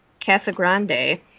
Casagrande